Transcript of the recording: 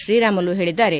ಶ್ರೀರಾಮುಲು ಹೇಳಿದ್ದಾರೆ